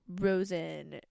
Rosen